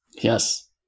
Yes